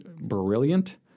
brilliant